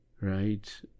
Right